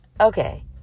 Okay